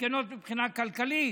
מסכנות מבחינה כלכלית.